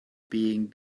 being